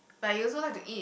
but you also like to eat